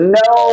no